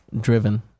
Driven